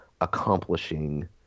accomplishing